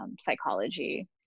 Psychology